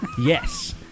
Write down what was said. Yes